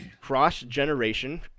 cross-generation